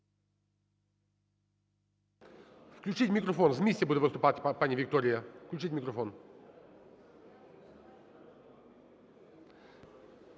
Включіть мікрофон, з місця буде виступати пані Вікторія. Включіть мікрофон.